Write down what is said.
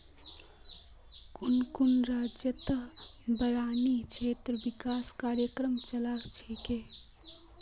कुन कुन राज्यतत बारानी क्षेत्र विकास कार्यक्रम चला छेक